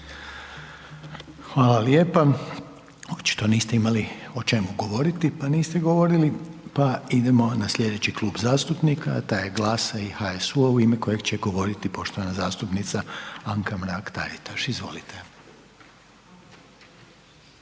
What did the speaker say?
Hvala lijepa. Očito niste imali o čemu govoriti pa niste govorili pa idemo na slijedeći Klub zastupnika a taj je GLAS-a i HSU-a u ime kojeg će govoriti poštovana zastupnica Anka Mrak Taritaš, izvolite.